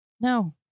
No